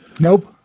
Nope